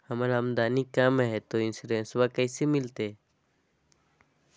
हमर आमदनी कम हय, तो इंसोरेंसबा कैसे मिलते?